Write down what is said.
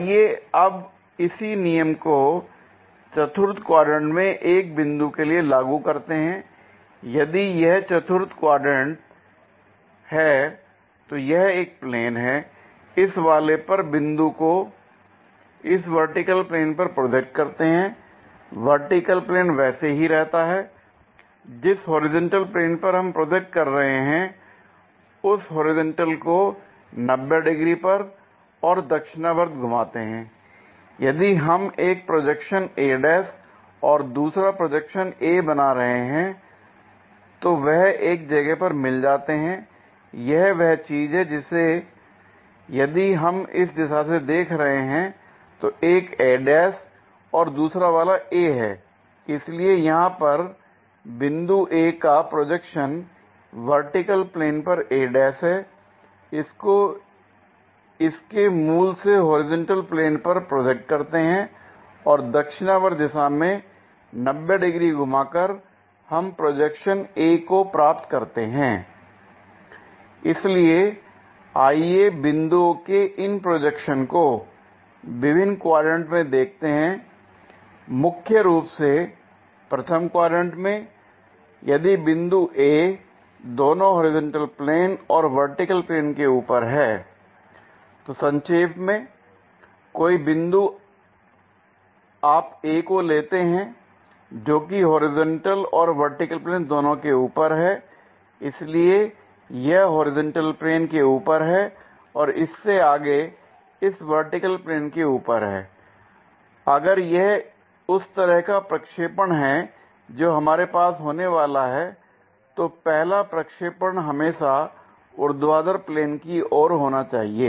आइए अब हम इसी नियम को चतुर्थ क्वाड्रेंट में एक बिंदु के लिए लागू करते हैं l यदि यह चतुर्थ क्वाड्रेंट है तो यह एक प्लेन है इस वाले पर बिंदु को इस वर्टिकल प्लेन पर प्रोजेक्ट करते हैं l वर्टिकल प्लेन वैसे ही रहता है जिस होरिजेंटल प्लेन पर हम प्रोजेक्ट कर रहे हैं उस होरिजेंटल को 90 डिग्री पर और दक्षिणावर्त घुमाते हैं l यदि हम एक प्रोजेक्शन a' और दूसरा प्रोजेक्शन a बना रहे हैं तो वह एक जगह पर मिल जाते हैं l यह वह चीज है यदि हम इस दिशा से देख रहे हैं तो एक a' है और दूसरा वाला a है l इसलिए यहां पर बिंदु A का प्रोजेक्शन वर्टिकल प्लेन पर a' है इसको इसके मूल से होरिजेंटल प्लेन पर प्रोजेक्ट करते हैं और दक्षिणावर्त दिशा में 90 डिग्री घुमाकर हम प्रोजेक्शन a को प्राप्त करते हैं l इसलिए आइए बिंदुओं के इन प्रोजेक्शन को विभिन्न क्वाड्रेंट में देखते हैं l मुख्य रूप से प्रथम क्वाड्रेंट में यदि बिंदु A दोनों होरिजेंटल प्लेन और वर्टिकल प्लेन के ऊपर है l तो संक्षेप में कोई बिंदु आप A को लेते हैं जोकि होरिजेंटल और वर्टिकल प्लेन दोनों के ऊपर है l इसलिए यह होरिजेंटल प्लेन के ऊपर है और इससे आगे इस वर्टिकल प्लेन के ऊपर है अगर यह उस तरह का प्रक्षेपण है जो हमारे पास होने वाला है तो पहला प्रक्षेपण हमेशा ऊर्ध्वाधर प्लेन की ओर होना चाहिए